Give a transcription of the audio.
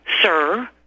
sir